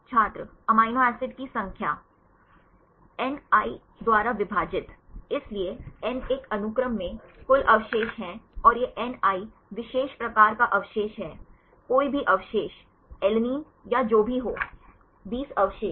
छात्र amino acid की संख्या n एन द्वारा विभाजित इसलिए N एक अनुक्रम में कुल अवशेष हैं और यह n विशेष प्रकार का अवशेष है कोई भी अवशेष अलैनिन या जो भी हो 20 अवशेष